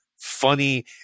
funny